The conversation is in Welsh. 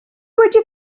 wedi